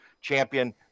champion